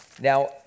Now